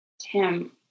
Tim